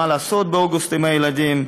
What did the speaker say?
מה לעשות באוגוסט עם הילדים,